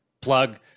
plug